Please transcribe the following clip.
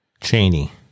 Cheney